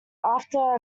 after